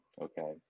okay